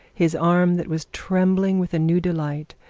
his arm that was trembling with a new delight,